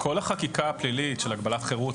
כל החקיקה הפלילית של הגבלת חרות,